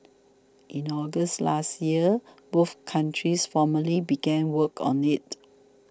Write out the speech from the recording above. in August last year both countries formally began work on it